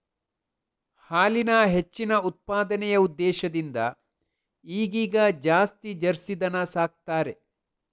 ಹಾಲಿನ ಹೆಚ್ಚಿನ ಉತ್ಪಾದನೆಯ ಉದ್ದೇಶದಿಂದ ಈಗೀಗ ಜಾಸ್ತಿ ಜರ್ಸಿ ದನ ಸಾಕ್ತಾರೆ